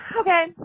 okay